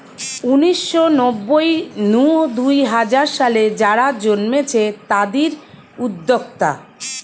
উনিশ শ নব্বই নু দুই হাজার সালে যারা জন্মেছে তাদির উদ্যোক্তা